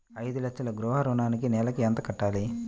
ఐదు లక్షల గృహ ఋణానికి నెలకి ఎంత కట్టాలి?